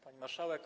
Pani Marszałek!